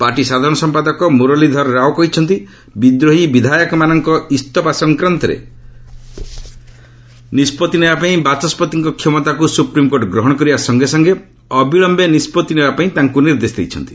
party ସାଧାରଣ ସମ୍ପାଦକ ମୁରଲୀଧର ରାଓ କହିଛନ୍ତି ବିଦ୍ରୋହୀ ବିଧାୟକମାନଙ୍କ ଇସ୍ତଫା ସଂକ୍ରାନ୍ତରେ ନିଷ୍କଭି ନେବାପାଇଁ ବାଚସ୍ୱତିଙ୍କ କ୍ଷମତାକୁ ସୁପ୍ରିମ୍କୋର୍ଟ ଗ୍ରହଣ କରିବା ସଙ୍ଗେ ସଙ୍ଗେ ଅବିଳୟେ ନିଷ୍ପଭି ନେବାପାଇଁ ତାଙ୍କୁ ନିର୍ଦ୍ଦେଶ ଦେଇଛନ୍ତି